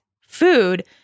food